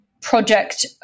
project